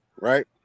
right